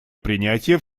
принятие